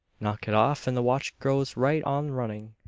knock it off and the watch goes right on running.